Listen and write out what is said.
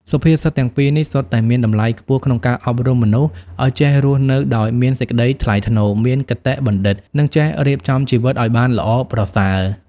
សុភាសិតទាំងពីរនេះ សុទ្ធតែមានតម្លៃខ្ពស់ក្នុងការអប់រំមនុស្សឲ្យចេះរស់នៅដោយមានសេចក្តីថ្លៃថ្នូរ មានគតិបណ្ឌិត និងចេះរៀបចំជីវិតឲ្យបានល្អប្រសើរ។